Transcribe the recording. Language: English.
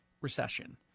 recession